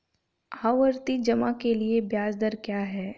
आवर्ती जमा के लिए ब्याज दर क्या है?